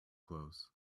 clothes